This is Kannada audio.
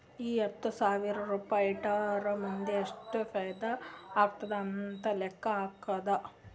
ಈಗ ಹತ್ತ್ ಸಾವಿರ್ ರುಪಾಯಿ ಇಟ್ಟುರ್ ಮುಂದ್ ಎಷ್ಟ ಫೈದಾ ಆತ್ತುದ್ ಅಂತ್ ಲೆಕ್ಕಾ ಹಾಕ್ಕಾದ್